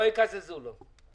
לא יקזזו לו.